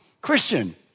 Christian